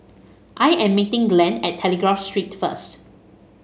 I am meeting Glenn at Telegraph Street first